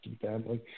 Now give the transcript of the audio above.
family